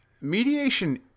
mediation